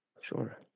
Sure